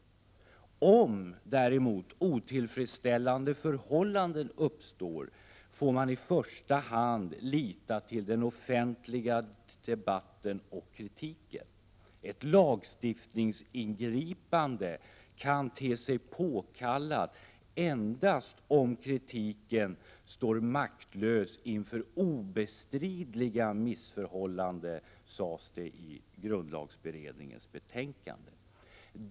Om däremot otillfredsställande förhållanden uppstår, får man i första hand sätta sin lit till den offentliga debatten och kritiken. Ett lagstiftningsingripande kan te sig påkallat endast om kritiken står maktlös inför obestridliga missförhållanden, sades det i grundlagsberedningens betänkande.